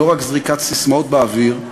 לא רק זריקת ססמאות באוויר,